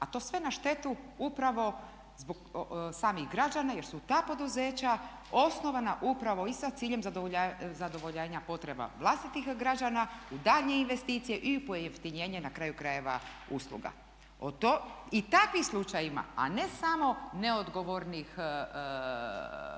a to sve na štetu upravo zbog samih građana jer su ta poduzeća osnovana upravo i sa ciljem zadovoljavanja potreba vlastitih građana u daljnje investicije i pojeftinjenje na kraju krajeva usluga. I o takvim slučajevima a ne samo neodgovornih